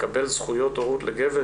לקבל זכויות הורות לגבר,